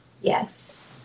Yes